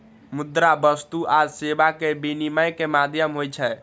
मुद्रा वस्तु आ सेवा के विनिमय के माध्यम होइ छै